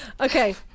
Okay